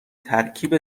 ترکیب